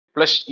Plus